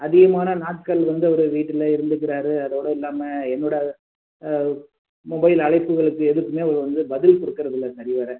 அதிகமான நாட்கள் வந்து அவர் வீட்டில் இருந்துக்கிறாரு அதோடு இல்லாமல் என்னோடய மொபைல் அழைப்புகளுக்கு எதுக்குமே அவர் வந்து பதில் கொடுக்குறதில்ல சரிவர